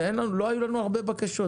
ולא היו לנו הרבה בקשות.